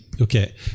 Okay